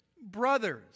Brothers